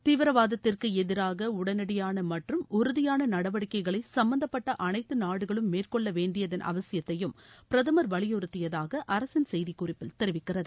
தீவிரவாதத்திற்கு எதிராக உடனடியான மற்றும் உறுதியான நடவடிக்கைகளை சம்பந்தப்பட்ட அனைத்து நாடுகளும் மேற்கொள்ள வேண்டியதன் அவசியத்தையும் பிரதமர் வலியுறுத்தியதாக அரசின் செய்திக் குறிப்பு தெரிவிக்கிறது